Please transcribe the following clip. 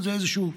זה איזשהו,